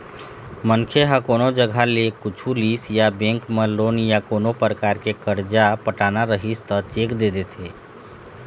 मनखे ह कोनो जघा ले कुछु लिस या बेंक म लोन या कोनो परकार के करजा पटाना रहिस त चेक दे देथे